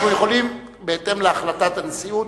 אנחנו יכולים, בהתאם להחלטת הנשיאות,